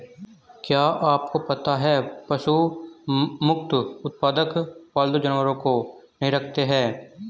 क्या आपको पता है पशु मुक्त उत्पादक पालतू जानवरों को नहीं रखते हैं?